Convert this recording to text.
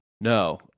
no